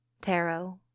tarot